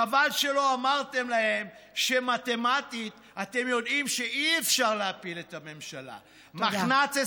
חבל שלא אמרתם להם שמתמטית אתם יודעים שאי-אפשר להפיל את הממשלה: מחנ"צ,